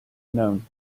known